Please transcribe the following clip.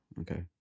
okay